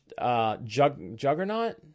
juggernaut